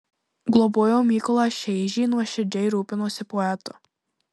globojo mykolą šeižį nuoširdžiai rūpinosi poetu